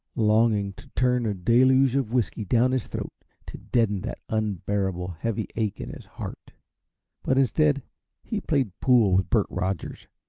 longing to turn a deluge of whisky down his throat to deaden that unbearable, heavy ache in his heart but instead he played pool with bert rogers,